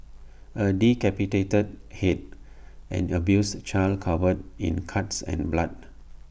A decapitated Head an abused child covered in cuts and blood